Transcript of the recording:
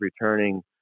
returning